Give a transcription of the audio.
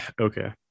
Okay